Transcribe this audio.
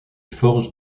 forges